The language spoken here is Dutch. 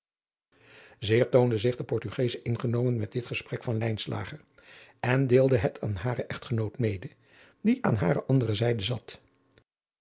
zeer toonde zich de portugesche ingenomen met dit gesprek van lijnslager en deelde het aan haren echtgenoot mede die aan hare andere zijde zat